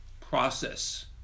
process